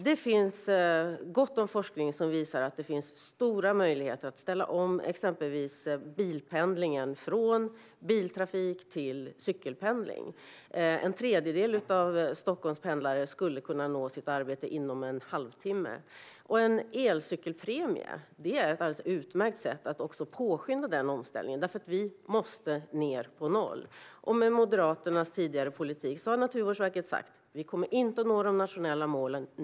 Det finns gott om forskning som visar att det finns stora möjligheter att ställa om exempelvis pendlingen från biltrafik till cykelpendling. En tredjedel av Stockholms pendlare skulle kunna nå sitt arbete inom en halvtimme. En elcykelpremie är ett alldeles utmärkt sätt att påskynda denna omställning, för vi måste ned till noll. Naturvårdsverket har sagt att med Moderaternas tidigare politik kommer vi inte att nå de nationella målen.